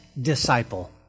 disciple